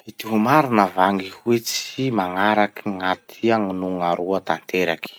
Mety ho marina va gny hoe tsy magnaraky gn'atia na gn'aroa tanteraky?